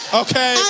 okay